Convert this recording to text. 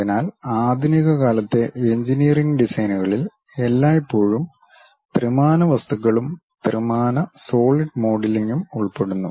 അതിനാൽ ആധുനിക കാലത്തെ എഞ്ചിനീയറിംഗ് ഡിസൈനുകളിൽ എല്ലായ്പ്പോഴും ത്രിമാന വസ്തുക്കളും ത്രിമാന സോളിഡ് മോഡലിംഗും ഉൾപ്പെടുന്നു